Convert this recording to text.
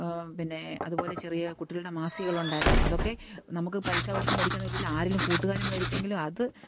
പിന്നെ അതുപോലെ ചെറിയ കുട്ടികളുടെ മാസികകളുണ്ടായിരുന്നു അതൊക്കെ നമുക്ക് പൈസ കൊടുത്ത് മേടിക്കാമെന്ന് പറഞ്ഞാലും ആരേലും കൂട്ടുകാര് മേടിച്ചെങ്കിലും അത്